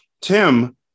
Tim